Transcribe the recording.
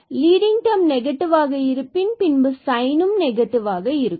இது leading term நெகட்டிவாக இருப்பின் பின்பு சைனும் நெகடிவ் ஆகும்